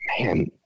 man